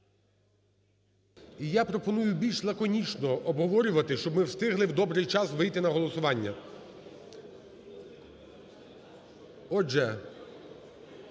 я пропоную більш лаконічно обговорювати, щоб ми встигли, в добрий час, вийти на голосування.